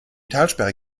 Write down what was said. talsperre